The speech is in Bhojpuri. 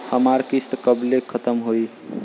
हमार किस्त कब ले खतम होई?